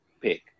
pick